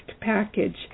package